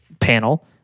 panel